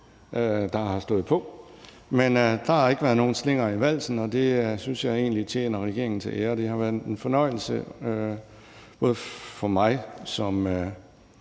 der har stået på i nogen tid. Men der har ikke været nogen slinger i valsen, og det synes jeg egentlig tjener regeringen til ære. Det har været en fornøjelse både for mig som